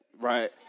right